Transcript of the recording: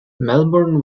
melbourne